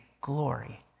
glory